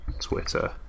Twitter